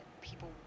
people